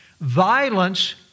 violence